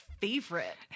favorite